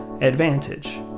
advantage